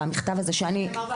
במכתב הזה שאני,